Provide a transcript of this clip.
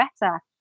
better